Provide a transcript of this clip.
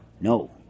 No